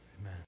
Amen